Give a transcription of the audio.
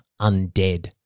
undead